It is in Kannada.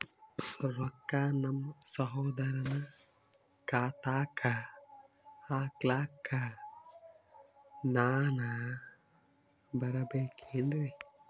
ರೊಕ್ಕ ನಮ್ಮಸಹೋದರನ ಖಾತಾಕ್ಕ ಹಾಕ್ಲಕ ನಾನಾ ಬರಬೇಕೆನ್ರೀ?